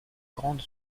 grande